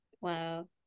Wow